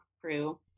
Crew